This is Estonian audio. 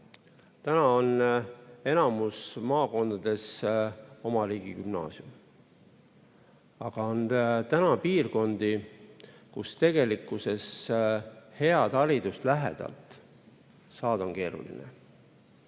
Täna on enamikus maakondades oma riigigümnaasium. Aga on ka piirkondi, kus tegelikkuses head haridust lähedalt saada on keeruline.